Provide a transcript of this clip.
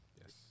Yes